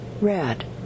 red